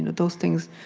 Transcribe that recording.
and those things